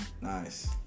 Nice